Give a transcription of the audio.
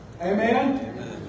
Amen